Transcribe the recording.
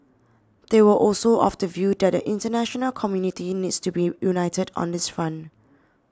they were also of the view that the international community needs to be united on this front